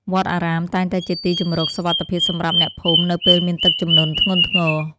វត្តអារាមតែងតែជាទីជម្រកសុវត្ថិភាពសម្រាប់អ្នកភូមិនៅពេលមានទឹកជំនន់ធ្ងន់ធ្ងរ។